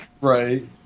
Right